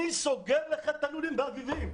אני סוגר לך את הלולים באביבים.